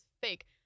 fake